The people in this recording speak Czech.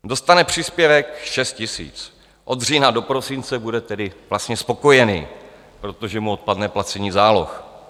Dostane příspěvek 6 000, od října do prosince bude tedy vlastně spokojený, protože mu odpadne placení záloh.